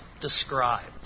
described